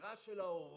הבחירה של ההורים,